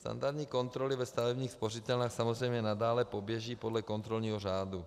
Standardní kontroly ve stavebních spořitelnách samozřejmě nadále poběží podle kontrolního řádu.